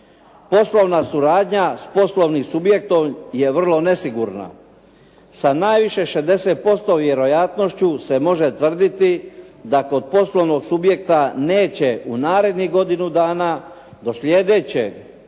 Poslovna suradnja s poslovnim subjektom je vrlo nesigurna. Sa najviše 60% vjerojatnošću se može tvrditi da kod poslovnog subjekta neće u narednih godinu dana do sljedećeg